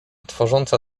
tworząca